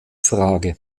frage